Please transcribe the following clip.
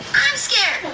i'm scared.